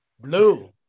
Blue